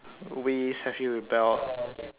ways have you rebelled